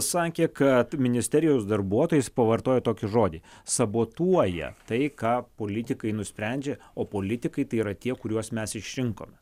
sakė kad ministerijos darbuotojas pavartojo tokį žodį sabotuoja tai ką politikai nusprendžia o politikai tai yra tie kuriuos mes išrinkom